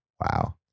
Wow